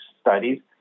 studies